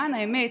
למען האמת,